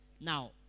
Now